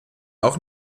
auch